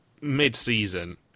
mid-season